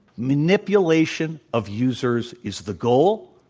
manipulation of users is the goal.